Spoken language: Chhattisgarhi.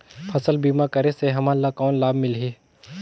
फसल बीमा करे से हमन ला कौन लाभ मिलही?